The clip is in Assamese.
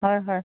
হয় হয়